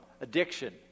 addiction